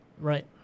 Right